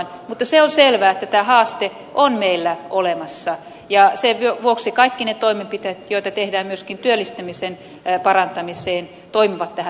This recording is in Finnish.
mutta se on selvää että tämä haaste on meillä olemassa ja sen vuoksi kaikki ne toimenpiteet joita tehdään myöskin työllistämisen parantamiseksi toimivat tähän samaan suuntaan